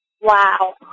Wow